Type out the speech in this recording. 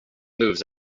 moves